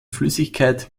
flüssigkeit